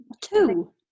Two